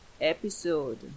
episode